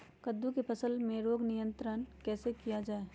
कददु की फसल में रोग नियंत्रण कैसे किया जाए?